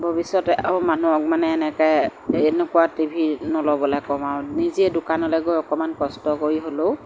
ভৱিষ্যতে আৰু মানুহক মানে এনেকৈ এনেকুৱা টিভি নল'বলৈ ক'ম আৰু নিজে দোকানলৈ গৈ অকণমান কষ্ট কৰি হ'লেও